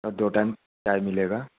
और दो टाइम चाय मिलेगा